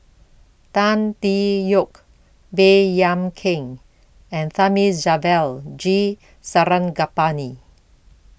Tan Tee Yoke Baey Yam Keng and Thamizhavel G Sarangapani